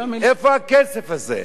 איפה הכסף הזה?